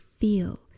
feel